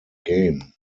game